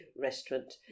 restaurant